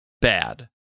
bad